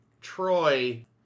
Troy